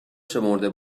شمرده